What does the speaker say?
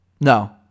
No